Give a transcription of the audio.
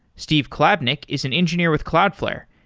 steve klabnic is an engineer with cloudflare,